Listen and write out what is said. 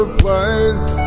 place